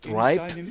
ripe